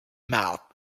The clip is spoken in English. mouth